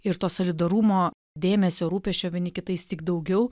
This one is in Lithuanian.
ir to solidarumo dėmesio rūpesčio vieni kitais tik daugiau